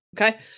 okay